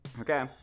Okay